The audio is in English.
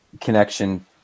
connection